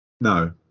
no